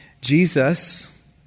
Jesus